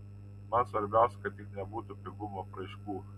man svarbiausia kad tik nebūtų pigumo apraiškų